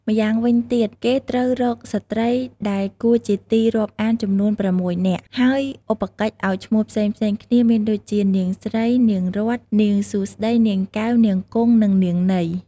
ម្យ៉ាងវិញទៀតគេត្រូវរកស្រ្តី ដែលគួរជាទីរាប់អានចំនួន៦នាក់ ហើយឧបកិច្ចឱ្យឈ្មោះផ្សេងៗគ្នាមានដូចជា នាងស្រី នាងរតន៍ នាងសួស្តី នាងកែវ នាងគង់ និងនាងន័យ។